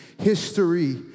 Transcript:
history